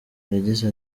yagize